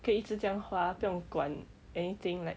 可以一直这样花不用管 anything like